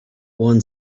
worn